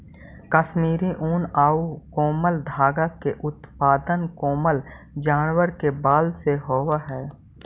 कश्मीरी ऊन आउ कोमल धागा के उत्पादन कोमल जानवर के बाल से होवऽ हइ